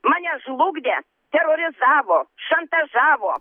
mane žlugdė terorizavo šantažavo